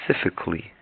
specifically